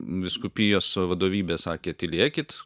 vyskupijos vadovybė sakė tylėkit